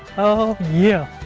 oh yeah.